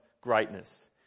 greatness